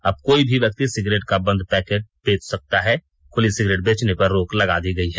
अब कोई भी व्यक्ति सिगरेट का बंद पैकेट बेच सकता है खुली सिगरेट बेचने पर रोक लगा दी गई है